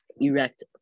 Erect